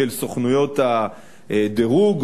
של סוכנויות הדירוג,